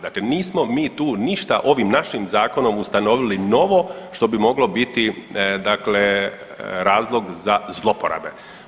Dakle nismo mi tu ništa ovim našim zakonom ustanovili novo, što bi moglo biti dakle razlog za zlouporabe.